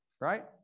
right